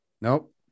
Nope